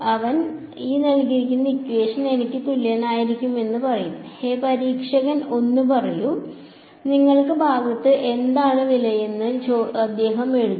അവൻ എനിക്ക് തുല്യനായിരിക്കും എന്ന് പറയും ഹേ നിരീക്ഷകൻ 1 പറയൂ നിങ്ങളുടെ ഭാഗത്ത് എന്താണ് വിലയെന്ന് അദ്ദേഹം ഇവിടെ എഴുതും